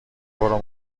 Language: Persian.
برو